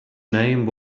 name